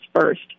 first